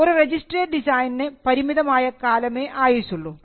ഒരു registered design പരിമിതമായ കാലമേ ആയുസ്സുള്ളൂ